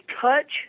touch